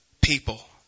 people